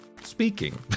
speaking